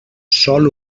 sòl